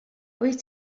wyt